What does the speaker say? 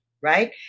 right